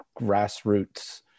grassroots